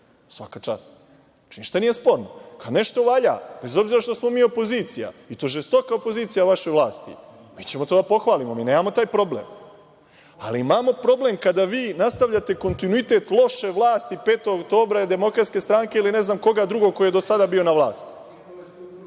Svaka čast. Znači, ništa nije sporno. Kada nešto valja, bez obzira što smo mi opozicija i to žestoka opozicija vašoj vlasti, mi ćemo to da pohvalimo, mi nemamo taj problem. Ali, imamo problem kada vi nastavljate kontinuitet loše vlasti 5. oktobra, DS ili ne znam koga drugog ko je do sada bio na vlasti. Dakle,